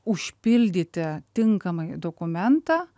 užpildyti tinkamai dokumentą